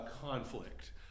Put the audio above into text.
conflict